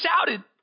shouted